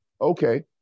okay